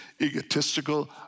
egotistical